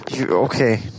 okay